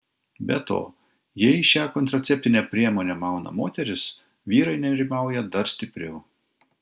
be to jei šią kontraceptinę priemonę mauna moteris vyrai nerimauja dar stipriau